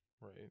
right